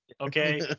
okay